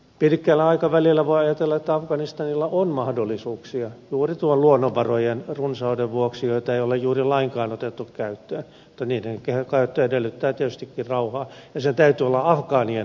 pitkällä aikavälillä voi ajatella että afganistanilla on mahdollisuuksia juuri noiden luonnonvarojen runsauden vuoksi joita ei ole juuri lainkaan otettu käyttöön mutta niiden käyttö edellyttää tietystikin rauhaa ja sen täytyy olla afgaa nien hallinnassa